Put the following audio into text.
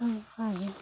ᱚᱱᱠᱟ ᱜᱮ